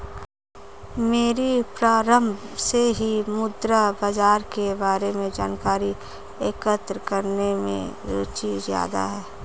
मेरी प्रारम्भ से ही मुद्रा बाजार के बारे में जानकारी एकत्र करने में रुचि ज्यादा है